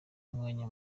umwanya